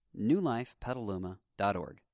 newlifepetaluma.org